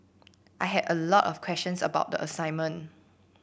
I had a lot of questions about the assignment